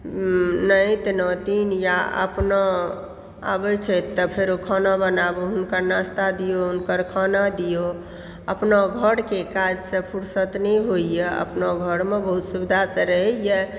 नाति नातिन या अपना आबय छथि तऽ फेरो खाना बनाबु हुनकर नस्ता दिअउ हुनकर खाना दिअउ अपना घरके काजसँ फुर्सत नहि होइए अपन घरमे बहुत सुविधासँ रहयए